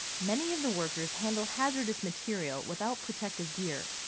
many of the workers handle hazardous materials without protective gear.